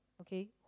okay